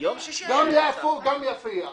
יפו וגם יפיע.